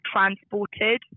transported